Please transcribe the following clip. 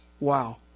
Wow